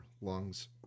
Lungs